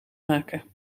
maken